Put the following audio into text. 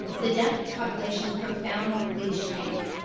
the deaf population profoundly shrank